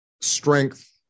strength